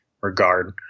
regard